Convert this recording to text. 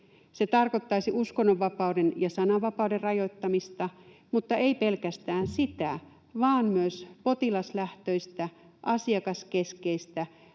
se tarkoittaisi uskonnonvapauden ja sananvapauden rajoittamista, mutta ei pelkästään sitä, vaan myöskään potilaslähtöistä, asiakaskeskeistä